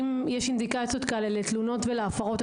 אם יש אינדיקציות כאלו לתלונות והפרות,